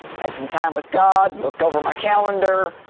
had some time with god, looked over my calendar,